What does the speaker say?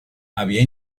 había